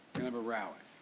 have a rally.